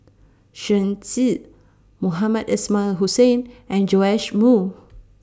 Shen Xi Mohamed Ismail Hussain and Joash Moo